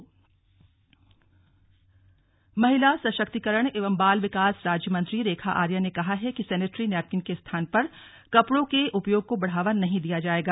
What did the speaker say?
slug समीक्षा बैठक नैनीताल महिला सशक्तिकरण एवं बाल विकास राज्य मंत्री रेखा आर्या ने कहा है कि सैनेट्री नैपकिन के स्थान पर कपड़ों के उपयोग को बढ़ावा नहीं दिया जाएगा